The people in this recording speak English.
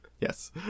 Yes